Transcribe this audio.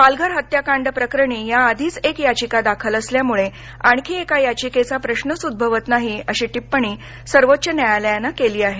पालघर हत्याकांड प्रकरणी याआधीच एक याचिका दाखल असल्यामुळे आणखी एका याचिकेचा प्रश्नच उद्भवत नाही अशी टिप्पणी सर्वोच्च न्यायालयानं केली आहे